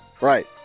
right